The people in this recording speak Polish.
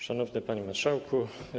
Szanowny Panie Marszałku!